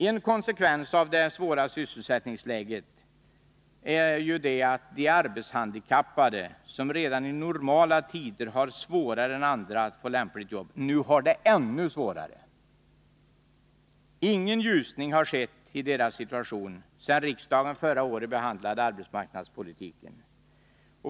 En konsekvens av det svåra sysselsättningsläget är ju att de arbetshandikappade, som redan i normala tider har svårare än andra att få lämpliga jobb, nu har det ännu svårare. Ingen ljusning har skett i deras situation sedan riksdagen förra året behandlade arbetsmarknadspolitiken.